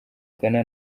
ghana